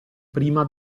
prima